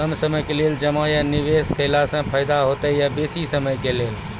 कम समय के लेल जमा या निवेश केलासॅ फायदा हेते या बेसी समय के लेल?